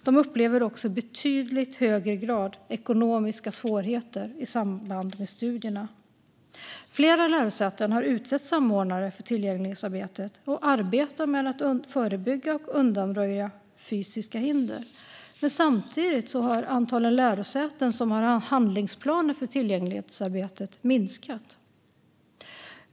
De upplever också i betydligt högre grad ekonomiska svårigheter i samband med studierna. Flera lärosäten har utsett samordnare för tillgänglighetsarbetet och arbetar med att förebygga och undanröja fysiska hinder. Men samtidigt har antalet lärosäten som har handlingsplaner för tillgänglighetsarbetet minskat.